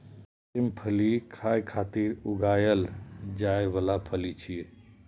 सेम फली खाय खातिर उगाएल जाइ बला फली छियै